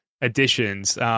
additions